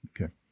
Okay